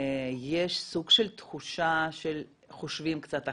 יש סוג של תחושה שחושבים קצת אחרת,